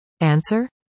Answer